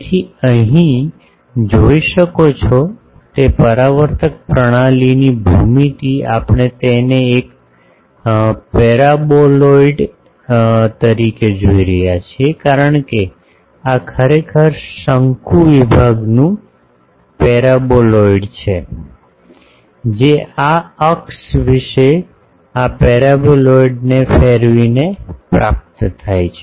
તમે અહીં જોઈ શકો છો તે પરાવર્તક પ્રણાલીની ભૂમિતિ આપણે તેને એક પેરાબોલોઇડલ તરીકે જોઈ રહ્યા છીએ કારણ કે આ ખરેખર શંકુ વિભાગનું પેરાબોલોઇડ છે જે આ અક્ષ વિશે આ પેરાબોલોઇડને ફેરવીને પ્રાપ્ત થાય છે